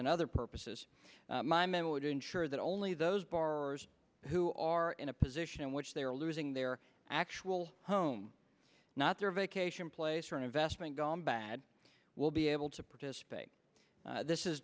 and other purposes my men would ensure that only those borrowers who are in a position in which they are losing their actual home not their vacation place or an investment gone bad will be able to participate this is